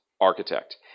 Architect